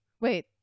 Wait